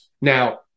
Now